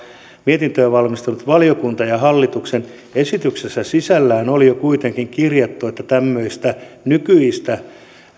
mietintöä valmistellut valiokunta toimivat niin ja hallituksen esityksessä sisällään oli jo kuitenkin kirjattu että tämmöistä nykyistä